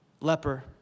leper